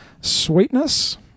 Sweetness